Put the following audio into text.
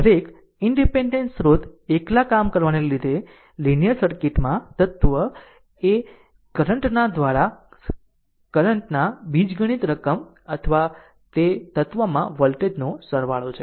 દરેક ઈનડીપેન્ડેન્ટ સ્રોત એકલા કામ કરવાને લીધે લીનીયર સર્કિટમાં તત્વ એ કરંટ ના દ્વારા કરંટ ના બીજગણિત રકમ અથવા તે તત્વમાં વોલ્ટેજ નો સરવાળો છે